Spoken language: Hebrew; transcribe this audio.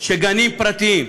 שגנים פרטיים,